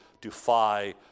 defy